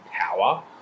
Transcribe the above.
power